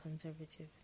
conservative